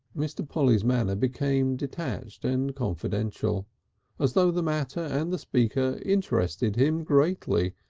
mr. polly's manner became detached and confidential as though the matter and the speaker interested him greatly,